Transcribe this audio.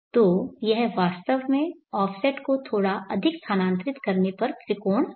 तो यह वास्तव में ऑफसेट को थोड़ा अधिक स्थानांतरित करने पर त्रिकोण बन जाएगा